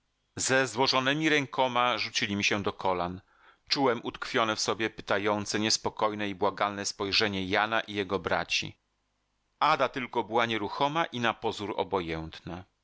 ze złożonemi rękoma rzucili mi się do kolan czułem utkwione w sobie pytające niespokojne i błagalne spojrzenia jana i jego braci ada tylko była nieruchoma i na pozór obojętna